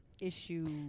Issue